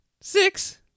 Six